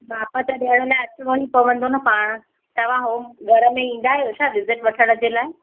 माप त ॾियण लाइ अचिणो ई पवंदो न पाणि तव्हां होम घर में ईंदा आयो छा विज़िट वठण जे लाइ